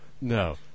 no